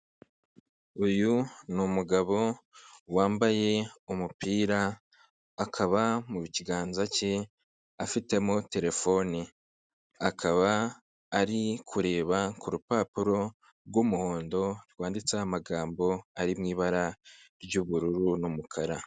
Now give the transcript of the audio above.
Uyu ni umugabo wambaye umupira, akaba mu kiganza cye afitemo terefone, akaba ari kureba ku rupapuro rw'umuhondo rwanditseho amagambo ari mu ibara ry'ubururu n'umukara.